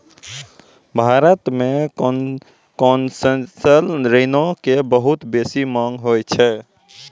भारत मे कोन्सेसनल ऋणो के बहुते बेसी मांग होय छै